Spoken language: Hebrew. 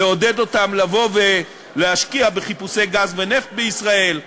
לעודד אותם לבוא ולהשקיע בחיפושי גז ונפט בישראל,